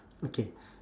okay